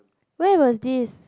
where was this